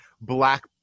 Black